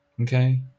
okay